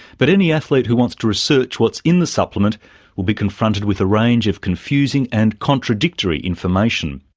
but any athlete who wants to research what's in the supplement will be confronted with a range of confusing and contradictory information.